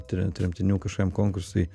tremtinių kažkokiam konkursui